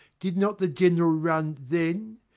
did not the general run then?